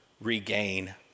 regain